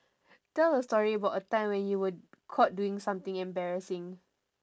tell a story about a time you were caught doing something embarrassing